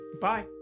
Bye